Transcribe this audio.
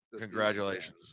congratulations